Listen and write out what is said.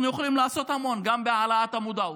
אנחנו יכולים לעשות המון, גם בהעלאת המודעות,